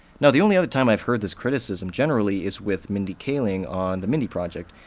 now, the only other time i've heard this criticism generally is with mindy kaling on the mindy project,